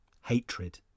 Hatred